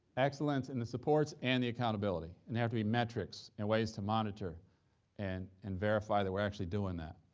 excellence in the supports and the accountability, and there have to be metrics and ways to monitor and and verify that we're actually doing that.